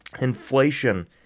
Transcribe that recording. inflation